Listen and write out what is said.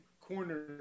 corner